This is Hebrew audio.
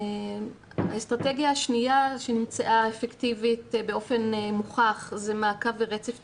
האסטרטגיה השנייה שנמצאה אפקטיבית באופן מוכח זה מעקב ורצף טיפולי.